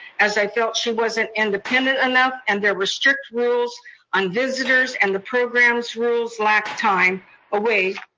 as i felt she wasn't independent enough and there were strict rules on visitors, and the program's rules lack time away